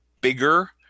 bigger